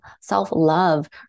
self-love